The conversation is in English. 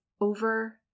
over